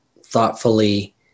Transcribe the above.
thoughtfully